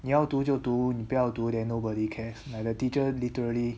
你要读就读你不要读 then nobody cares like the teacher literally